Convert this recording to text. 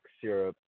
syrup